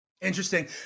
interesting